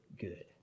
good